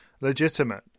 legitimate